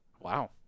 Wow